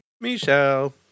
Michelle